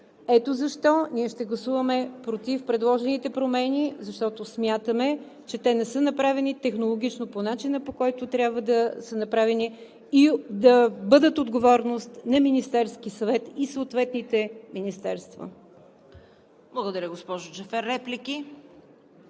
Ето защо ние ще гласуваме против предложените промени, защото смятаме, че те не са направени технологично – по начина, по който трябва да са направени, и да бъдат отговорност на Министерския съвет и съответните министерства. ПРЕДСЕДАТЕЛ ЦВЕТА